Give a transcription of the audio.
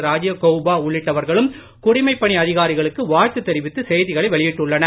ராஜிவ் கவ்பா உள்ளிட்டவர்களும் குடிமைப் பணி அதிகாரிகளுக்கு வாழ்து தெரிவித்து செய்திகளை வெளியிட்டுள்ளனர்